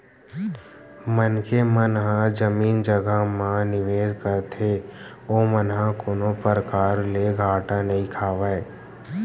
मनखे मन ह जमीन जघा म निवेस करथे ओमन ह कोनो परकार ले घाटा नइ खावय